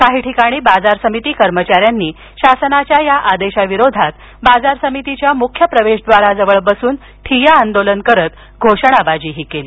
काही ठिकाणी बाजार समिती कर्मचाऱ्यांनी शासनाच्या या आदेशाविरोधात बाजार समितीच्या मुख्य प्रवेशद्वारावर बसून ठिय्या आंदोलन करत घोषणाबाजीही केली